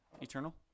Eternal